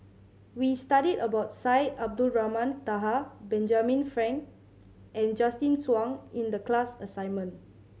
we studied about Syed Abdulrahman Taha Benjamin Frank and Justin Zhuang in the class assignment